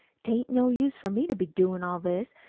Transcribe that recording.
tain't no use for me to be doin all this.